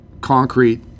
concrete